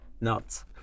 nuts